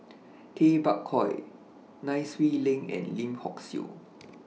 Tay Bak Koi Nai Swee Leng and Lim Hock Siew